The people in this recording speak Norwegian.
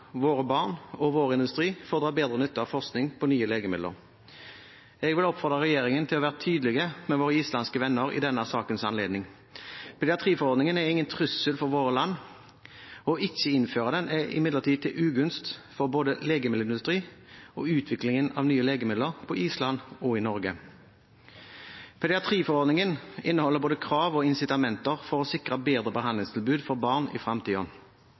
våre land, våre barn og vår industri får dra bedre nytte av forskning på nye legemidler? Jeg vil oppfordre regjeringen til å være tydelig overfor våre islandske venner i sakens anledning. Pediatriforordningen er ingen trussel for våre land. Ikke å innføre den er imidlertid til ugunst både for legemiddelindustrien og for utviklingen av nye legemidler på Island og i Norge. Pediatriforordningen inneholder både krav og incitamenter til å sikre bedre behandlingstilbud for barn i